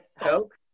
Coke